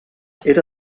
era